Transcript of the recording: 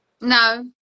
No